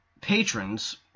patrons